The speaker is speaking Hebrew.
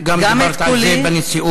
גם דיברת על זה בנשיאות.